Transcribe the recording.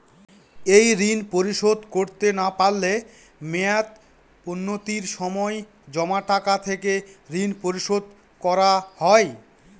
এই ঋণ পরিশোধ করতে না পারলে মেয়াদপূর্তির সময় জমা টাকা থেকে ঋণ পরিশোধ করা হয়?